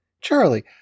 Charlie